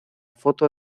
foto